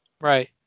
right